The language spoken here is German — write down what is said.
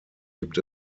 gibt